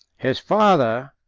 his father,